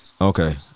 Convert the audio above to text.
Okay